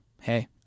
hey